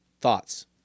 Thoughts